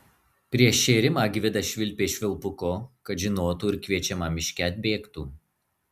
prieš šėrimą gvidas švilpė švilpuku kad žinotų ir kviečiama miške atbėgtų